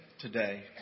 today